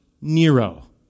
Nero